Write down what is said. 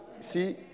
See